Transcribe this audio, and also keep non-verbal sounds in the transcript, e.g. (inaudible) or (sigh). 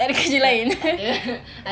takde kerja lain (laughs)